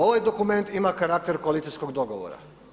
Ovaj dokument ima karakter koalicijskog dogovora.